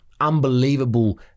Unbelievable